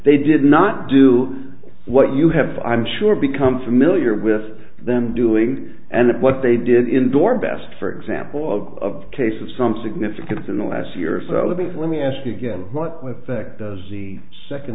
they did not do what you have i'm sure become familiar with them doing and what they did indoor best for example of a case of some significance in the last year or so before let me ask you again what with the second